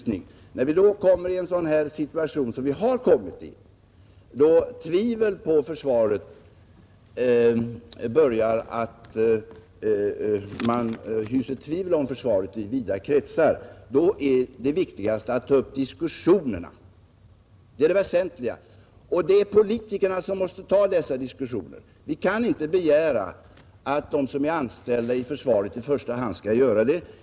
När vi då hamnat i en sådan situation som dagens, då man i vida kretsar hyser tvivel om försvaret, är det viktigaste att vi tar upp diskussionerna. Det är politikerna som måste föra dessa diskussioner. Vi kan inte begära att de som är anställda inom försvaret i första hand skall göra det.